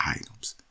items